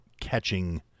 catching